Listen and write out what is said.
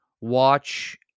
watch